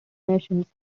missions